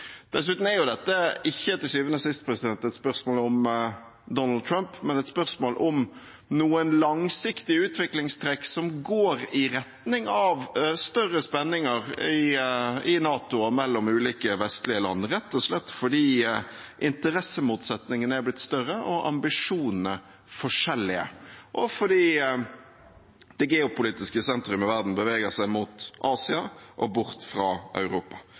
Dessuten er dette ikke til syvende og sist et spørsmål om Donald Trump, men et spørsmål om noen langsiktige utviklingstrekk som går i retning av større spenninger i NATO og mellom ulike vestlige land, rett og slett fordi interessemotsetningene er blitt større og ambisjonene forskjellige, og fordi det geopolitiske sentrumet i verden beveger seg mot Asia og bort fra Europa.